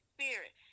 Spirit